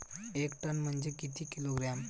एक टन म्हनजे किती किलोग्रॅम?